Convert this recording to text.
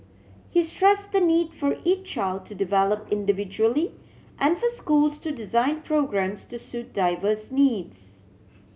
he stress the need for each child to develop individually and for schools to design programmes to suit diverse needs